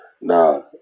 Now